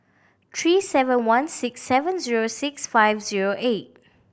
three seven one six seven zero six five zero eight